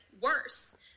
worse